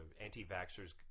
anti-vaxxers